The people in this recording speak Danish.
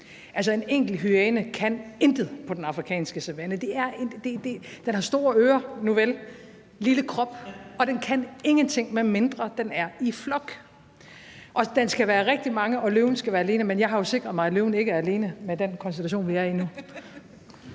Altså, en enkelt hyæne kan intet på den afrikanske savanne. Den har store ører, nuvel, lille krop, og den kan ingenting, medmindre den er i flok, og den skal være sammen med rigtig mange, og løven skal være alene, men jeg har jo sikret mig, at løven ikke er alene med den konstellation, vi er i nu.